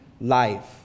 life